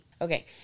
Okay